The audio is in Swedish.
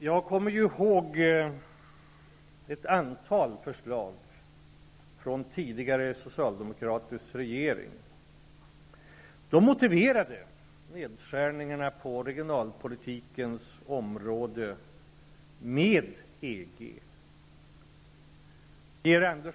Jag kommer ju ihåg ett antal förslag från den tidigare socialdemokratiska regeringen, där nedskärningar på regionalpolitikens område motiverades med EG.